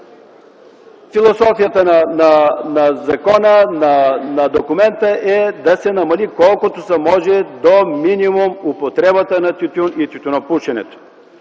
философията на документа е да се намали колкото се може, до минимум употребата на тютюн и тютюнопушенето.